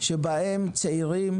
שבהן צעירים,